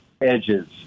edges